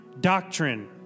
doctrine